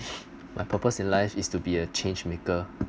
my purpose in life is to be a change maker